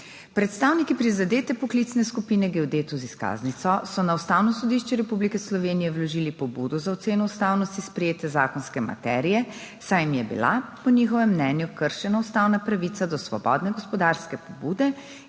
Predstavniki prizadete poklicne skupine geodetov z izkaznico so na Ustavno sodišče Republike Slovenije vložili pobudo za oceno ustavnosti sprejete zakonske materije, saj jim je bila po njihovem mnenju kršena ustavna pravica do svobodne gospodarske pobude in